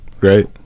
Right